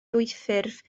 dwyffurf